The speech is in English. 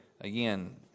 again